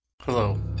Hello